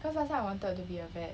cause last time I wanted to be a vet